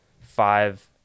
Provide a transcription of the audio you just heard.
five